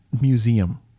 museum